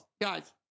guys